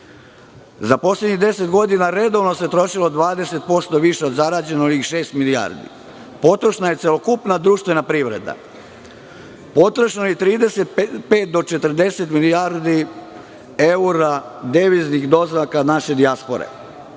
poslednjih deset godina redovno se trošilo 20% više od zarađenog, šest milijardi. Potrošena je celokupna društvena privreda. Potrošeno je i 35 do 40 milijardi eura deviznih doznaka naše dijaspore.